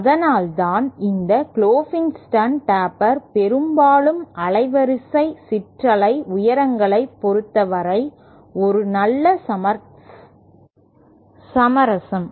அதனால்தான் இந்த Klopfenstein taper பெரும்பாலும் அலைவரிசை சிற்றலை உயரங்களை பொறுத்தவரை ஒரு நல்ல சமரசம்